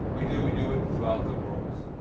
we do, we do it throughout the world.